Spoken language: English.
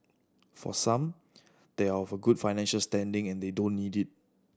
for some they are of a good financial standing and they don't need it